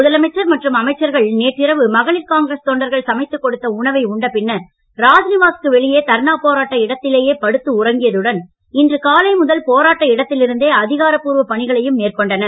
முதலமைச்சர் மற்றும் அமைச்சர்கள் நேற்றிரவு மகளிர் காங்கிரஸ் தொண்டர்கள் சமைத்துக் கொடுத்த உணவை உண்ட பின்னர் ராஜ்நிவாசுக்கு வெளியே தர்ணா போராட்ட இடத்திலேயே படுத்து உறங்கியதுடன் இன்று காலை முதல் போராட்ட இடத்தில் இருந்தே அதிகாரப்பூர்வப் பணிகளையும் மேற்கொண்டனர்